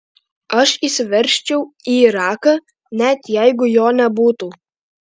aš įsiveržčiau į iraką net jeigu jo nebūtų